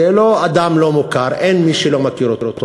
זה לא אדם לא מוכר, אין מי שלא מכיר אותו.